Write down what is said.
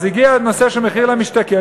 אז הגיע הנושא של המחיר למשתכן,